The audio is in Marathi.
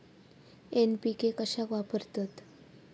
एन.पी.के कशाक वापरतत?